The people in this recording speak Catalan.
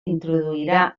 introduirà